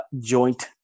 joint